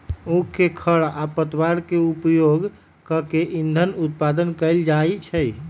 उख के खर आ पत्ता के उपयोग कऽ के इन्धन उत्पादन कएल जाइ छै